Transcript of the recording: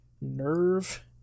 Nerve